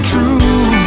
True